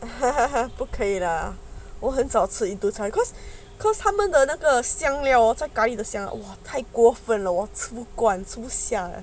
不可以 lah 我很早吃 because because 他们的那个香料我在 curry 的香料我太过分了我吃不惯